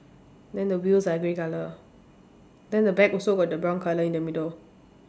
then the wheels are grey colour then the back also got the brown colour in the middle